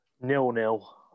Nil-nil